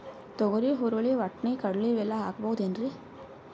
ತೊಗರಿ, ಹುರಳಿ, ವಟ್ಟಣಿ, ಕಡಲಿ ಇವೆಲ್ಲಾ ಹಾಕಬಹುದೇನ್ರಿ?